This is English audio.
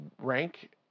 rank